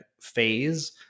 phase